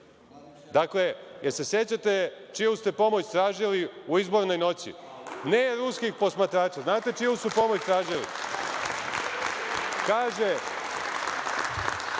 da li se sećate čiju ste pomoć tražili u izbornoj noći? Ne ruskih posmatrača. Znate li čiju su pomoć tražili?